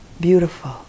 beautiful